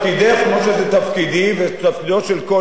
כמו שזה תפקידי ותפקידו של כל אזרח,